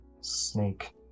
snake